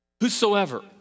whosoever